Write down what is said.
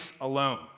alone